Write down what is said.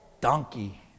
donkey